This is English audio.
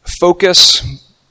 Focus